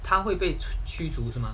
他会被驱逐什么